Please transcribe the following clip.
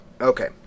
Okay